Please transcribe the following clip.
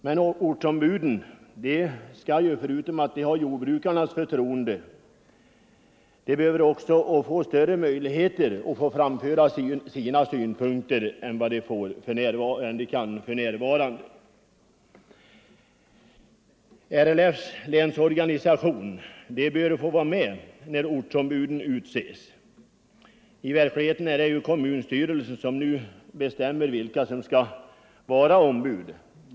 Men förutom att de skall ha jordbrukarnas förtroende bör de få större möjligheter än för närvarande att framföra sina synpunkter. Det är lämpligt att RLF:s länsorganisation är med när ortsombuden utses. I verkligheten är det kommunstyrelsen som bestämmer vilka som skall vara ombud.